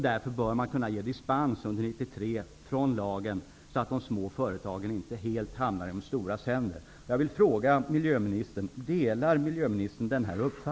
Därför bör man kunna ge dispens från lagen under 1993, så att de små företagen inte hamnar helt i händerna på de stora.